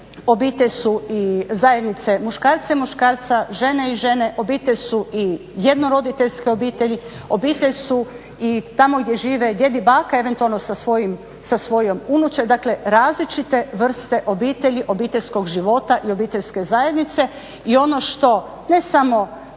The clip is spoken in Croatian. obitelj su i zajednicu muškarca i muškarca, žene i žene, obitelj su i jednoroditeljske obitelji, obitelj su i tamo gdje žive djed i baka eventualno sa svojom unučadi, dakle različite vrste obitelji, obiteljskog života i obiteljske zajednice. I ono što ne samo,